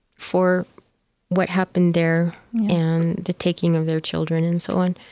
for what happened there and the taking of their children and so on.